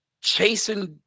chasing